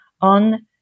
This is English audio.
on